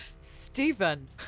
Stephen